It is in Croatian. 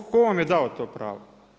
Tko vam je dao to pravo?